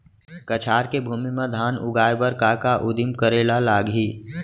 कछार के भूमि मा धान उगाए बर का का उदिम करे ला लागही?